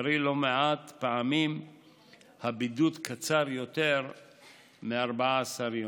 קרי, לא מעט פעמים הבידוד קצר יותר מ-14 יום.